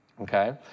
okay